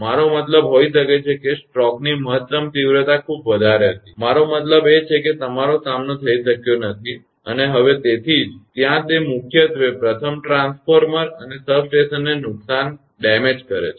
મારો મતલબ હોઈ શકે છે કે સ્ટ્રોકની મહત્તમ તીવ્રતા ખૂબ વધારે હતી મારો મતલબ એ છે કે તમારો સામનો થઈ શકયો નથી હવે તેથી જ ત્યાં તે મુખ્યત્વે પ્રથમ ટ્રાન્સફોર્મર અને સબસ્ટેશનને નુકસાન કરશે